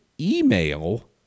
email